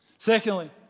Secondly